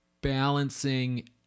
balancing